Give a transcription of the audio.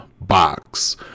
box